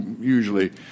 usually